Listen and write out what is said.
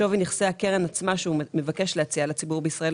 שווי נכסי הקרן עצמה שהוא מבקש להציע לציבור בישראל